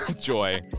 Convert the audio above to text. joy